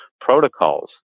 protocols